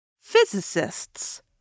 Physicists